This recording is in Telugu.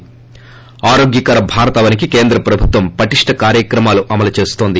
ి ఆరోగ్యకర భారతావనికి కేంద్ర ప్రభుత్వం పటిష్ష కార్యక్రమాలు అమలు చేస్తోంది